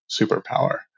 superpower